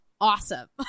awesome